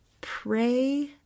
pray